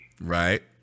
Right